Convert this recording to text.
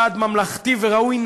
בצעד ממלכתי וראוי,